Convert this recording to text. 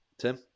Tim